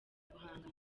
guhangana